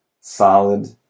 solid